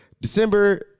December